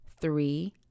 three